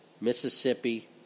Mississippi